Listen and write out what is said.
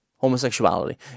homosexuality